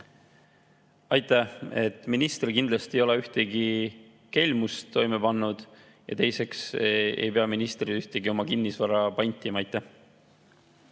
Aitäh! Minister kindlasti ei ole ühtegi kelmust toime pannud. Ja teiseks ei pea minister oma kinnisvara pantima. Aitäh!